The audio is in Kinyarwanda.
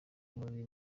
muri